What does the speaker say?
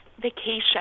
vacation